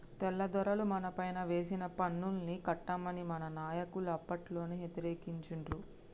తెల్లదొరలు మనపైన వేసిన పన్నుల్ని కట్టమని మన నాయకులు అప్పట్లోనే యతిరేకించిండ్రు